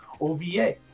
OVA